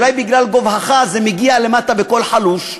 אולי בגלל גובהך זה מגיע למטה בקול חלוש,